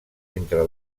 entre